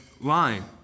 line